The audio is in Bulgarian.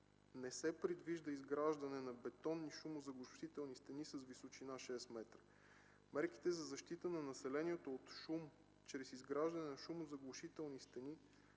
не се предвижда изграждане на бетонни шумозаглушителни стени с височина шест метра. Мерките за защита на населението от шум чрез изграждане на шумозаглушителни стени